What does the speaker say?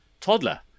toddler